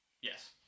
Yes